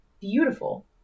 beautiful